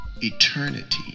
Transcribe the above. eternity